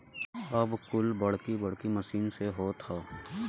अब कुल बड़की बड़की मसीन से होत हौ